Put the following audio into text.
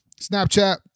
Snapchat